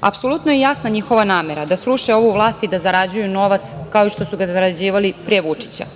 Apsolutno je jasna njihova namera, da sruše ovu vlast i da zarađuju novac, kao što su ga i zarađivali pre Vučića.